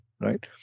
right